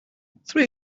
three